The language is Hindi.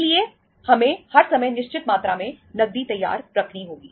इसलिए हमें हर समय निश्चित मात्रा में नकदी तैयार रखनी होगी